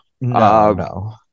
No